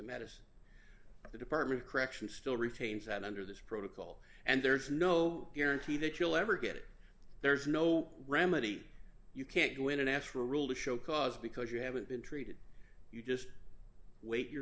medicine the department of correction still retains that under this protocol and there's no guarantee that you'll ever get it there's no remedy you can't go into natural rule to show cause because you haven't been treated you just wait your